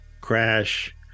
crash